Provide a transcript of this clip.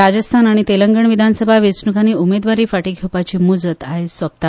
राजस्थान आनी तेलंगण विधानसभा वेंचणुकांनी उमेदवारी फाटीं घेवपाची मूजत आयज सोंपता